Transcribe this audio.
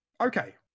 Okay